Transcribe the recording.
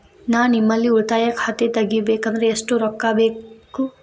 ನಾ ನಿಮ್ಮಲ್ಲಿ ಉಳಿತಾಯ ಖಾತೆ ತೆಗಿಬೇಕಂದ್ರ ಎಷ್ಟು ರೊಕ್ಕ ಬೇಕು?